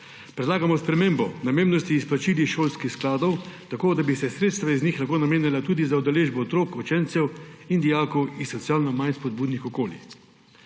predlagamo spremembo namembnosti izplačil iz šolskih skladov, tako da bi se sredstva iz njih lahko namenjala tudi za udeležbo otrok, učencev in dijakov iz socialno manj spodbudnih okolij.